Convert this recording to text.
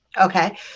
Okay